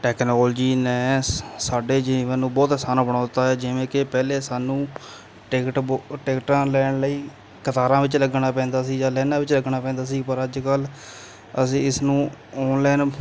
technology ਨੇ ਸਾ ਸਾਡੇ ਜੀਵਨ ਨੂੰ ਬਹੁਤ ਆਸਾਨ ਬਣਾ ਦਿੱਤਾ ਹੈ ਜਿਵੇਂ ਕਿ ਪਹਿਲੇ ਸਾਨੂੰ ਟਿਕਟ ਬੁ ਟਿਕਟਾਂ ਲੈਣ ਲਈ ਕਤਾਰਾਂ ਵਿੱਚ ਲੱਗਣਾ ਪੈਂਦਾ ਸੀ ਜਾਂ ਲਾਈਨਾਂ ਵਿੱਚ ਲੱਗਣਾ ਪੈਂਦਾ ਸੀ ਪਰ ਅੱਜ ਕੱਲ੍ਹ ਅਸੀਂ ਇਸ ਨੂੰ ਓਨਲਾਈਨ